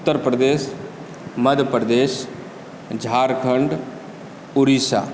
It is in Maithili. उत्तर प्रदेश मध्य प्रदेश झारखंड उड़ीसा